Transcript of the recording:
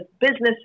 businesses